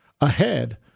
ahead